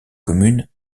commune